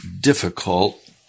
difficult